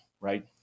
right